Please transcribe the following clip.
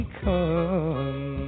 come